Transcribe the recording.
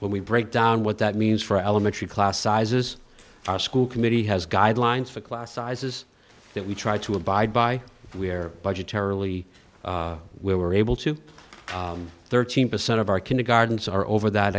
when we break down what that means for elementary class sizes our school committee has guidelines for class sizes that we try to abide by where budgetary really we were able to thirteen percent of our kindergartens are over that